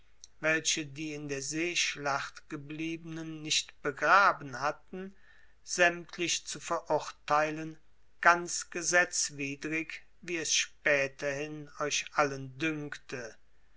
welche die in der seeschlacht gebliebenen nicht begraben hatten sämtlich zu verurteilen ganz gesetzwidrig wie es späterhin euch allen dünkte